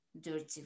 dirty